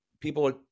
people